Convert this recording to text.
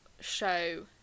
show